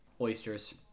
Oysters